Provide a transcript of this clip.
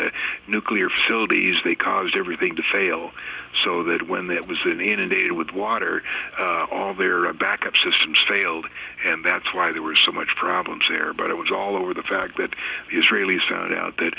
the nuclear facilities they caused everything to fail so that when that was in inundated with water all their backup systems failed and that's why there were so much problems there but it was all over the fact that the israelis found out that